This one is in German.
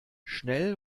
schnell